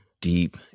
deep